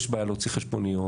יש בעיה להוציא חשבוניות.